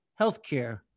healthcare